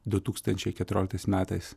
du tūkstančiai keturioliktais metais